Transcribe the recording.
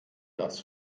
das